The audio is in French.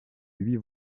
huit